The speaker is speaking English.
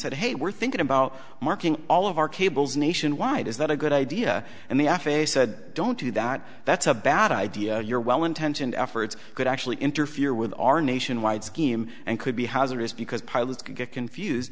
said hey we're thinking about marking all of our cables nationwide is that a good idea and the f a a said don't do that that's a bad idea you're well intentioned efforts could actually interfere with our nationwide scheme and could be hazardous because pilots get confused